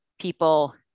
people